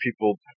people